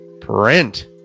print